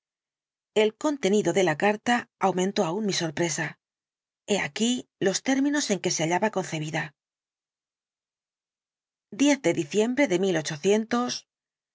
el contenido de la carta aumentó aún mi sorpresa hé aquí los términos en que se hallaba concebida de diciembre de